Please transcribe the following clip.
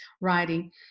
writing